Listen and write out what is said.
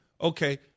Okay